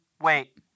Wait